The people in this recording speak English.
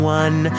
one